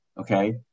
Okay